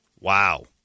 Wow